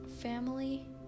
family